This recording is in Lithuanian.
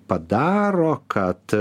padaro kad